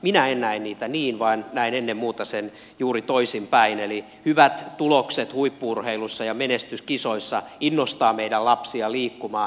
minä en näe niitä niin vaan näen ennen muuta sen juuri toisinpäin eli hyvät tulokset huippu urheilussa ja menestys kisoissa innostavat meidän lapsia liikkumaan